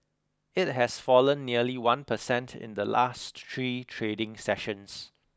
it has fallen nearly one percent in the last three trading sessions